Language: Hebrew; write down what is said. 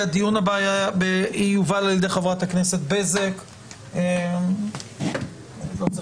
הישיבה ננעלה בשעה 12:35.